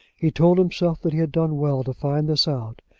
he told himself that he had done well to find this out,